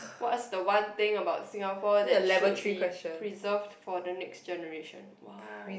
what is the one thing about Singapore that should be preserved for the next generation !wow!